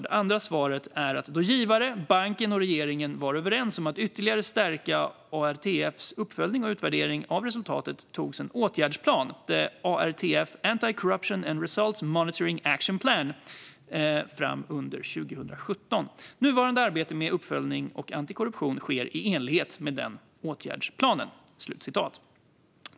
Det andra svaret är: "Då givare, banken och regeringen var överens om att ytterligare stärka ARTF:s uppföljning och utvärdering av resultat togs en åtgärdsplan fram under 2017. Nuvarande arbete med uppföljning och anti-korruption sker i enlighet med åtgärdsplanen."